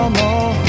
more